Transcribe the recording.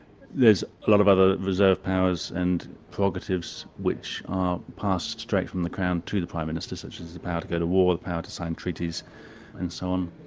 there's a lot of other reserve powers and prerogatives which are passed straight from the crown to the prime minister, so she has the power to go to war, the power to sign treaties and so on.